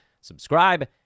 subscribe